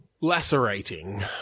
Lacerating